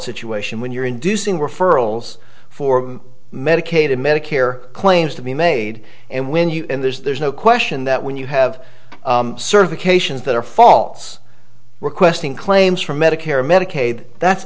situation when you're inducing referrals for medicaid and medicare claims to be made and when you and there's no question that when you have certifications that are faults requesting claims from medicare medicaid that's